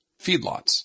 feedlots